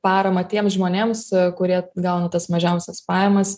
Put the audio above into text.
paramą tiems žmonėms kurie gauna tas mažiausias pajamas